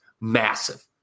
Massive